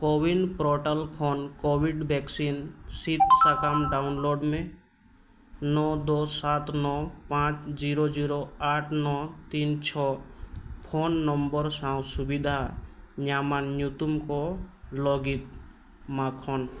ᱠᱳᱵᱤᱱ portal ᱠᱷᱚᱱ covid vaccine ᱥᱤᱫᱽ ᱥᱟᱠᱟᱢ ᱰᱟᱣᱩᱱᱞᱳᱰ ᱢᱮ ᱱᱚ ᱫᱚᱥ ᱥᱟᱛ ᱱᱚ ᱯᱟᱸᱪ ᱡᱤᱨᱳ ᱡᱤᱨᱳ ᱟᱴ ᱱᱚ ᱛᱤᱱ ᱪᱷᱚ ᱯᱷᱳᱱ ᱱᱚᱢᱵᱚᱨ ᱥᱟᱶ ᱥᱩᱵᱤᱫᱟ ᱧᱟᱢᱟᱱ ᱧᱩᱛᱩᱢ ᱠᱚ ᱞᱟᱹᱜᱤᱫ ᱢᱟᱠᱷᱚᱱ